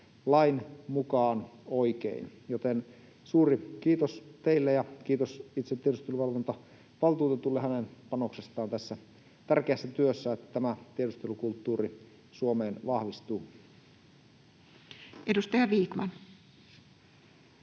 lain mukaan oikein. Joten suuri kiitos teille ja kiitos itse tiedusteluvalvontavaltuutetulle hänen panoksestaan tässä tärkeässä työssä, että tämä tiedustelukulttuuri Suomeen vahvistuu. Edustaja Vikman.